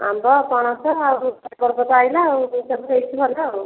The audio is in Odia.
ଆମ୍ବ ପଣସ ଆଉ ତ ଆସିଲା ଆଉ ଏହିସବୁ ହେଇଛି ଭଲ ଆଉ